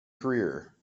career